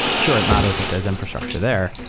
sure, it matters that there is infrastructure there,